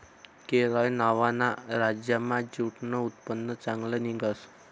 केरय नावना राज्यमा ज्यूटनं उत्पन्न चांगलं निंघस